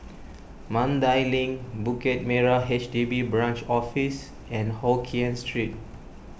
Mandai Link Bukit Merah H D B Branch Office and Hokkien Street